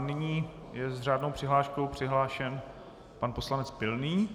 Nyní je s řádnou přihláškou přihlášen pan poslanec Pilný.